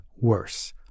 worse